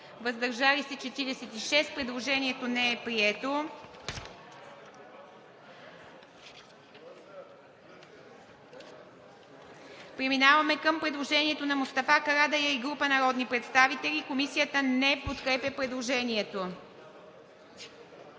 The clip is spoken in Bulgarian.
въздържали се 96. Предложението не е прието. Преминаваме към предложението на Мустафа Карадайъ и група народни представители, неподкрепено от Комисията.